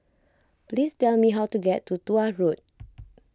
please tell me how to get to Tuah Road